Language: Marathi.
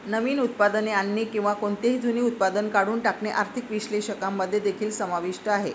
नवीन उत्पादने आणणे किंवा कोणतेही जुने उत्पादन काढून टाकणे आर्थिक विश्लेषकांमध्ये देखील समाविष्ट आहे